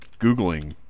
googling